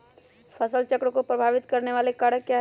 फसल चक्र को प्रभावित करने वाले कारक क्या है?